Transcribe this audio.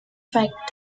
fact